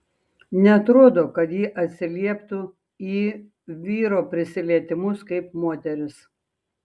neatrodo kad ji atsilieptų į vyro prisilietimus kaip moteris